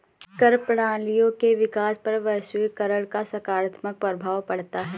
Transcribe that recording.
कर प्रणालियों के विकास पर वैश्वीकरण का सकारात्मक प्रभाव पढ़ता है